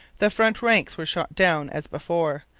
the front ranks were shot down as before.